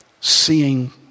seeing